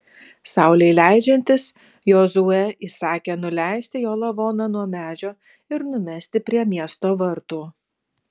saulei leidžiantis jozuė įsakė nuleisti jo lavoną nuo medžio ir numesti prie miesto vartų